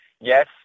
yes